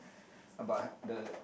about hap~ the